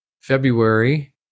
February